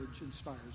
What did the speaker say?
inspires